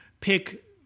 pick